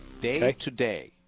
Day-to-day